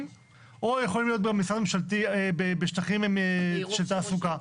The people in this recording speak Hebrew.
או יכול להיות משרד ממשלתי בשטחים של תעסוקה?